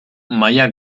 maila